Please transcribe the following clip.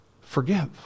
forgive